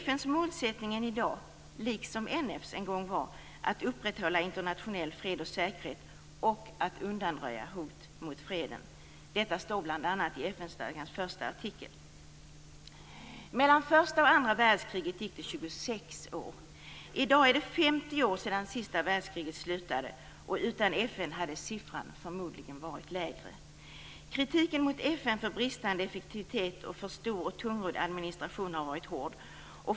FN:s målsättning är i dag, liksom NF:s en gång var, att upprätthålla internationell fred och säkerhet och att undanröja hot mot freden. Detta står bl.a. i Mellan första och andra världskriget gick det 26 år. I dag är det 50 år sedan det sista världskriget slutade. Utan FN hade siffran förmodligen varit lägre. Kritiken mot FN för bristande effektivitet och för stor och tungrodd administration har varit hård.